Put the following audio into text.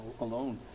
alone